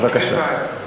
בבקשה.